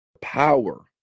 power